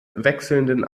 wechselnden